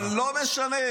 אבל לא משנה,